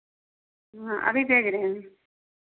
हाँ अभी भेज रहे हैं